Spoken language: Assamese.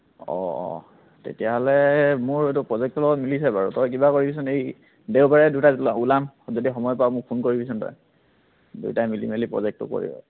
অঁ অঁ তেতিয়াহ'লে মোৰ এইটো প্ৰজেক্টটোৰ লগত মিলিছে বাৰু তই কিবা কৰিবিচোন এই দেওবাৰে দুটাত ওলাম যদি সময় পাৱ মোক ফোন কৰিবিচোন তই দুইটাই মিলি মেলি প্ৰজেক্টটো কৰিম